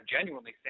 genuinely